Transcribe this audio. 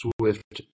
swift